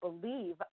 believe